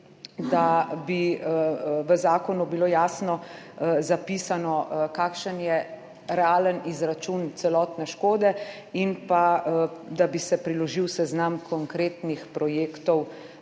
da bi v zakonu bilo jasno zapisano, kakšen je realen izračun celotne škode, in pa, da bi se priložil seznam konkretnih projektov.